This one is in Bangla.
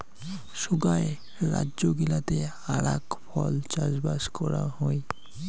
সোগায় রাজ্য গিলাতে আরাক ফল চাষবাস করাং হই